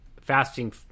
fasting